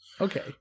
Okay